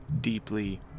deeply